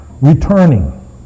returning